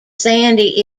sandy